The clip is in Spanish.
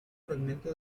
fragmento